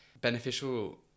beneficial